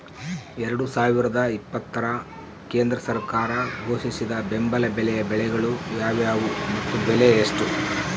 ಎರಡು ಸಾವಿರದ ಇಪ್ಪತ್ತರ ಕೇಂದ್ರ ಸರ್ಕಾರ ಘೋಷಿಸಿದ ಬೆಂಬಲ ಬೆಲೆಯ ಬೆಳೆಗಳು ಯಾವುವು ಮತ್ತು ಬೆಲೆ ಎಷ್ಟು?